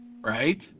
Right